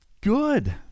good